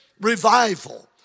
revival